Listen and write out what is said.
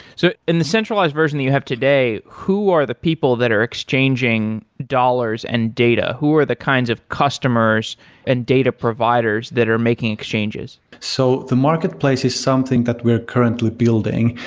so in the centralized version that you have today, who are the people that are exchanging dollars and data? who are the kinds of customers and data providers that are making exchanges? so the marketplace is something that we are currently building,